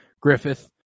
Griffith